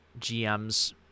GMs